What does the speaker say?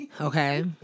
Okay